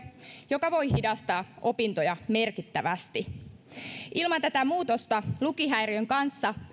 joka voi hidastaa opintoja merkittävästi ilman tätä muutosta lukihäiriön kanssa